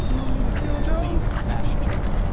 you want me to kill joe? please smash joe.